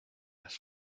las